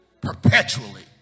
perpetually